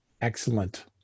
Excellent